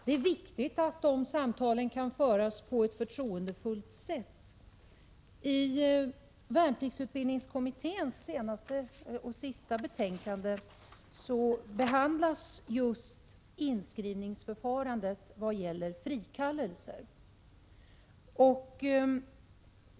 Det är viktigt att samtalen kan föras på ett förtroendefullt sätt. I värnpliktsutbildningskommitténs senaste — och sista — betänkande behandlas just inskrivningsförfarandet vad gäller frikallelser.